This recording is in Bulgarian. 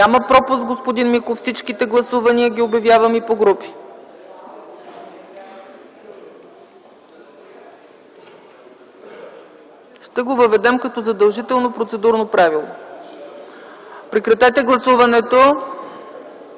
Няма пропуск, господин Миков. Всичките гласувания ги обявявам и по групи. Ще го въведем като задължително процедурно правило. Гласували